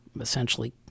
essentially